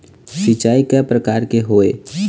सिचाई कय प्रकार के होये?